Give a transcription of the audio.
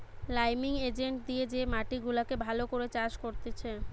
liming agent দিয়ে যে মাটি গুলাকে ভালো করে চাষ করতিছে